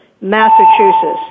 Massachusetts